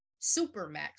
Supermax